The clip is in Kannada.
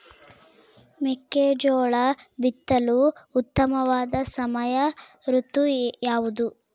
ಮೆಕ್ಕೆಜೋಳ ಬಿತ್ತಲು ಉತ್ತಮವಾದ ಸಮಯ ಋತು ಯಾವುದು?